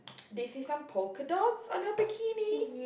do you see some polka dots on her bikini